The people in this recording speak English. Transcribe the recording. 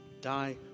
die